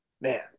Man